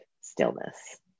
stillness